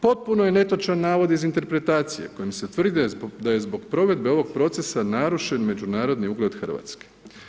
Potpuno je netočan navod iz interpretacije kojim se tvrdi da je zbog provedbe ovog procesa narušen međunarodni ugled Hrvatske.